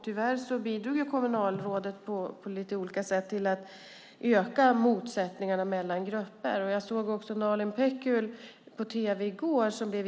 Tyvärr bidrog kommunalrådet på olika sätt till att öka motsättningarna mellan grupper. Jag såg en intervju med Nalin Pekul på tv i går.